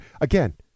Again